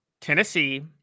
Tennessee